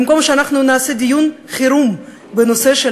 במקום שאנחנו נעשה דיון חירום בנושא של